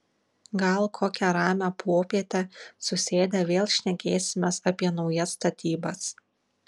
gal kokią ramią popietę susėdę vėl šnekėsimės apie naujas statybas